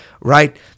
right